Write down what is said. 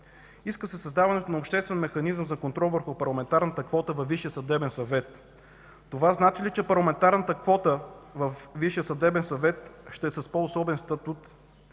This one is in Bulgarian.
Иска се създаването на обществен механизъм за контрол върху парламентарната квота във Висшия съдебен съвет. Това значи ли, че в парламентарната квота във Висшия съдебен съвет ще са с по-особен статут?